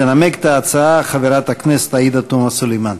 תנמק את ההצעה חברת הכנסת עאידה תומא סלימאן.